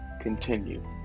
continue